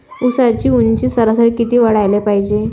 ऊसाची ऊंची सरासरी किती वाढाले पायजे?